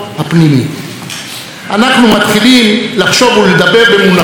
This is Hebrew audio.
אנחנו מתחילים לחשוב ולדבר במונחים של עסקת חבילה: